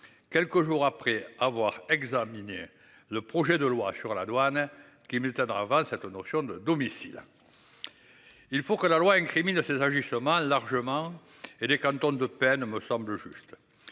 Quelques jours après avoir examiné le projet de loi sur la douane qui mettait en avant cette notion de domicile. Il faut que la loi incrimine ces ajustements largement et les cantons de peine me semble juste.